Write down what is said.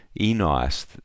enos